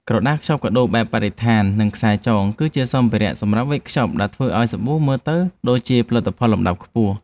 ក្រដាសខ្ចប់កាដូបែបបរិស្ថាន និងខ្សែចង គឺជាសម្ភារៈសម្រាប់វេចខ្ចប់ដែលធ្វើឱ្យសាប៊ូមើលទៅដូចជាផលិតផលលំដាប់ខ្ពស់។